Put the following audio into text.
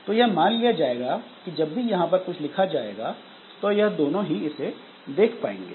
तो यह मान लिया जाएगा कि जब भी यहां पर कुछ लिखा जाएगा तो यह दोनों ही इसे देख पाएंगे